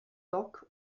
dock